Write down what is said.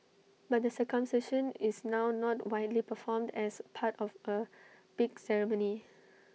but the circumcision is now not widely performed as part of A big ceremony